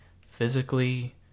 physically